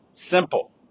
Simple